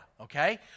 okay